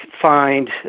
find